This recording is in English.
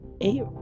eight